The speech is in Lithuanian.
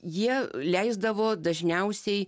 jie leisdavo dažniausiai